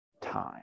time